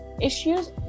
issues